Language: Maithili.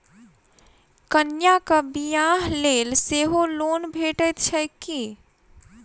कन्याक बियाह लेल सेहो लोन भेटैत छैक की?